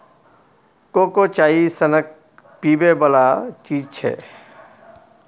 cocoa चाइए सनक पीबै बला चीज छै